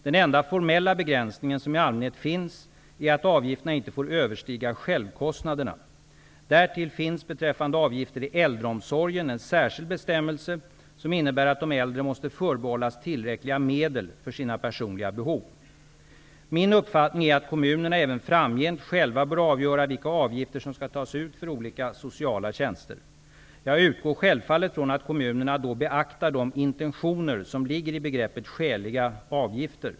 Den enda formella begränsningen som i allmänhet finns är att avgifterna inte får överstiga självkostnaderna. Därtill finns, beträffande avgifter i äldreomsorgen, en särskild bestämmelse som innebär att de äldre måste förbehållas tillräckliga medel för sina personliga behov. Min uppfattning är att kommunerna även framgent själva bör avgöra vilka avgifter som skall tas ut för olika sociala tjänster. Jag utgår självfallet från att kommunerna då beaktar de intentioner som ligger i begreppet skäliga avgifter.